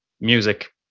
music